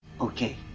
Okay